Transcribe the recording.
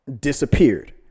disappeared